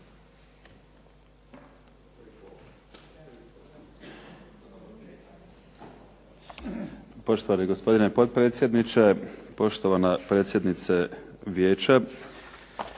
Poštovani gospodine potpredsjedniče, poštovana predsjednice vijeća.